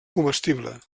comestible